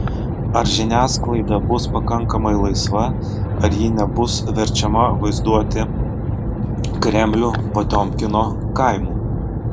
ar žiniasklaida bus pakankamai laisva ar ji nebus verčiama vaizduoti kremlių potiomkino kaimu